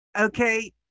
okay